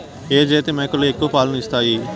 ఏ జాతి మేకలు ఎక్కువ పాలను ఇస్తాయి?